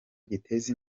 giteza